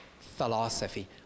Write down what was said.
Philosophy